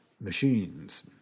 machines